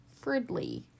Fridley